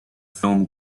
film